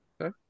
Okay